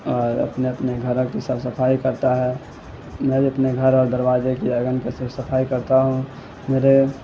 اور اپنے اپنے گھروں کی سب صفائی کرتا ہے میں بھی اپنے گھر اور دروازے کی آنگن کا سب صفائی کرتا ہوں میرے